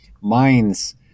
minds